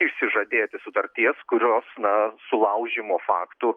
išsižadėti sutarties kurios na sulaužymo faktų